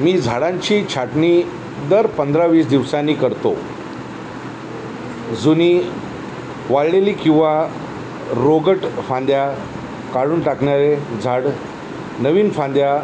मी झाडांची छाटणी दर पंधरा वीस दिवसांनी करतो जुनी वाळलेली किंवा रोगट फांद्या काढून टाकणारे झाड नवीन फांद्या